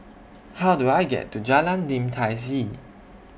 How Do I get to Jalan Lim Tai See